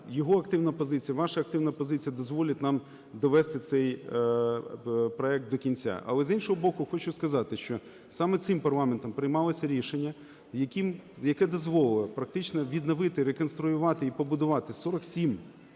його активна позиція, ваша активна позиція дозволять нам довести цей проект до кінця. Але, з іншого боку, хочу сказати, що саме цим парламентом приймалося рішення, яке дозволило практично відновити, реконструювати і побудувати 47 масштабних